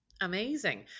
Amazing